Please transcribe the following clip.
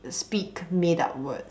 speak made up words